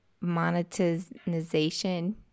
monetization